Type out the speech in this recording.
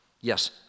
Yes